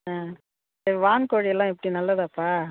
ஆ ஏ வான்கோழி எல்லாம் எப்படி நல்லதாப்பா